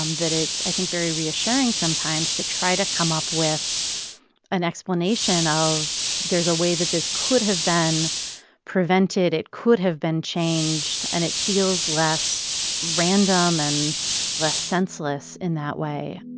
um that it's i think very reassuring sometimes to try to come up with an explanation of, there's a way that this could have been prevented. it could have been changed. and it feels less random and less senseless in that way